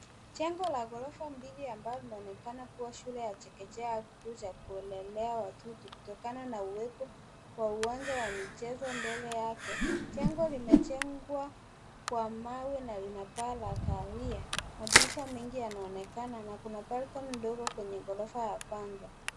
Jengo la ghorofa mbili ambalo linaonekana kuwa shule ya chekechea au ituo cha kuwalelea watoto kutokana na uwepo wa uwanja wa michezo mbele yake. Jengo limejengwa kwa mawe na lina paa la kahawia. Madirisha mengi yanaonekana na kuna balcony ndogo kwenye ghorofa ya kwanza.